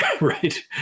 right